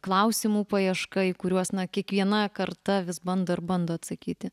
klausimų paieška į kuriuos na kiekviena karta vis bando ir bando atsakyti